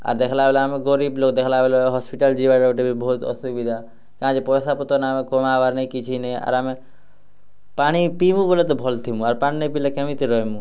ଆର୍ ଦେଖ୍ଲା ବେଲେ ଆମ ଗରିବ୍ ଲୋକ୍ ଦେଖ୍ଲା ବେଲେ ହସ୍ପିଟାଲ୍ ଯିବାକେ ଗୋଟେ ବି ବୋହୁତ୍ ଅସୁବିଧା କାଁ ଯେ ପଏସା ପତର୍ ଆମେ କମାବାର୍ ନେଇଁ କିଛି ନେଇଁ ଆର୍ ଆମେ ପାଣି ପିଇମୁ ବୋଲେ ତ ଭଲ୍ ଥିମୁ ଆର୍ ପାଣି ନେଇଁ ପିଇଲେ କେନ୍ତି ରହେମୁ